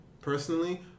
personally